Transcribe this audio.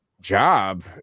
job